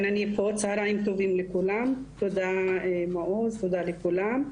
צהריים טובים לכולם, תודה לכולם.